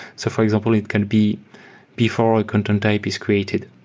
so for example, it can be before a content type is created.